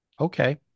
okay